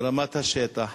ברמת השטח.